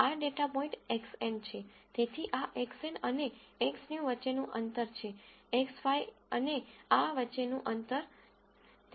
આ data point Xn છે તેથી આ Xn અને Xnew વચ્ચેનું અંતર છે X5 અને આ વચ્ચેનું અંતર